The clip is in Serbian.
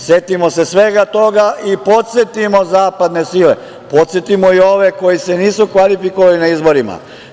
Setimo se svega toga i podsetimo zapadne sile, podsetimo i ove koji se nisu kvalifikovali na izborima.